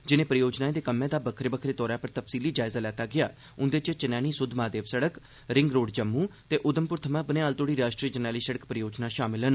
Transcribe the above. जिनें परियोजनाएं दे कम्मै दा बक्खरे बक्खरे तौरा पर तफसीली जायज़ा लैता गेया उन्दे च चनैनी सुधमहादेव सड़क रिंग रोड जम्मू ते उधमप्र थमां बनिहाल तोड़ी राष्ट्रीय जरनैली सड़क परियोजनां शामल न